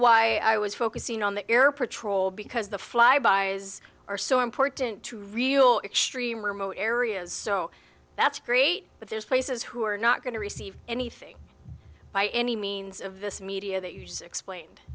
why i was focusing on the air patrol because the flybys are so important to real extreme remote areas so that's great but there's places who are not going to receive anything by any means of this media that you use explained